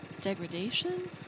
degradation